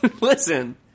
Listen